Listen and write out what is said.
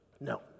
No